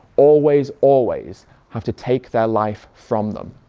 always, always have to take their life from them.